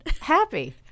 Happy